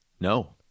no